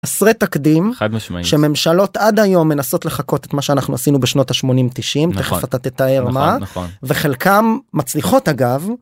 חברי תקדים.. חד משמעית... שממשלות עד היום מנסות לחקות את מה שאנחנו עשינו בשנות ה-80-90 תיכף אתה תתאר מה וחלקם מצליחות אגב.